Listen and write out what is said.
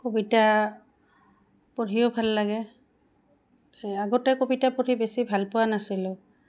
কবিতা পঢ়িও ভাল লাগে এ আগতে কবিতা পঢ়ি বেছি ভাল পোৱা নাছিলোঁ